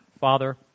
Father